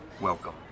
welcome